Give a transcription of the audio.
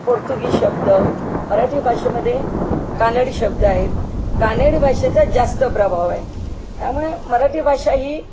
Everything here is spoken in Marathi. पोर्तुगीज शब्द मराठी भाषेमध्ये कानडी शब्द आहेत कानडी भाषेचाच जास्त प्रभाव आहे त्यामुळे मराठी भाषा ही